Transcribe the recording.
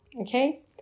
okay